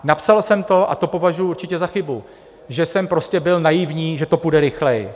Napsal jsem to a to považuji určitě za chybu, že jsem prostě byl naivní, že to půjde rychleji.